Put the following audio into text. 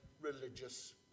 religious